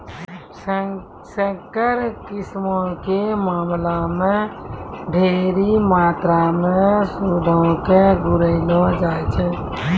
संकर किस्मो के मामला मे ढेरी मात्रामे सूदो के घुरैलो जाय छै